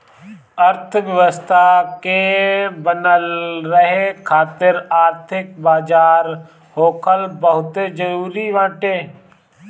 अर्थव्यवस्था के बनल रहे खातिर आर्थिक बाजार होखल बहुते जरुरी बाटे